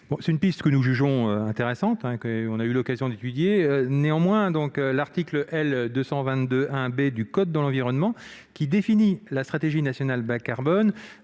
C'est une piste que nous jugeons intéressante ; nous avons eu l'occasion de l'étudier. Néanmoins, l'article L. 222-1 B du code de l'environnement, qui définit la stratégie nationale bas-carbone,